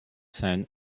sein